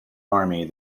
army